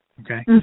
Okay